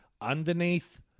underneath